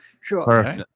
Sure